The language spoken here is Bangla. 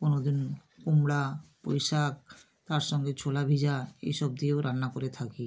কোনো দিন কুমড়া পুঁই শাক তার সঙ্গে ছোলা ভেজা এই সব দিয়েও রান্না করে থাকি